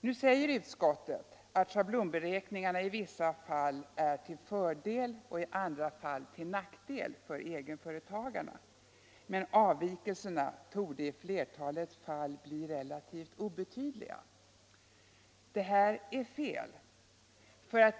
Nu säger utskottet om schablonberäkningen: ”I vissa fall är den till fördel och i andra fall till nackdel för egenföretagaren, men avvikelserna torde i flertalet fall bli relativt obetydliga.” Det är fel.